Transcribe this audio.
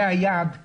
זה היה עד כה.